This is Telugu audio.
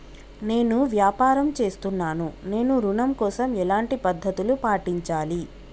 నేను వ్యాపారం చేస్తున్నాను నేను ఋణం కోసం ఎలాంటి పద్దతులు పాటించాలి?